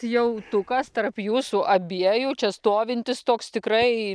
jautukas tarp jūsų abiejų čia stovintis toks tikrai